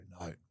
no